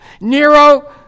Nero